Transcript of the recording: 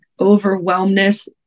overwhelmness